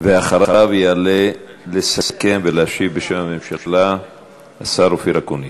ואחריו יעלה לסכם ולהשיב בשם הממשלה השר אופיר אקוניס.